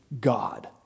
God